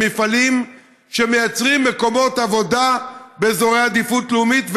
במפעלים שמייצרים מקומות עבודה באזורי עדיפות לאומית,